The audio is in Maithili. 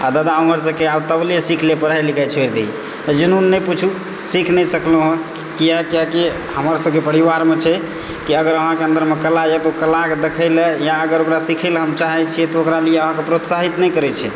आ दादा ओम्हरसँ कहै आब तबले सीख ले पढ़ाइ लिखाय छोड़ि दही तऽ जूनून नहि पुछू सीख नहि सकलहुँ हँ किया कियाकि हमर सबके परिवारमे छै कि अगर अहाँकेँ अन्दरमे कला यऽ तऽ ओ कला कऽ देखै लए या अगर ओकरा सीखै लए हम चाहै छियै तऽ ओकरा लिअऽ अहाँकेँ प्रोत्साहित नहि करै छै